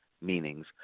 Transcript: meanings